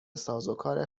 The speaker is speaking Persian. سازوکار